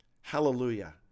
Hallelujah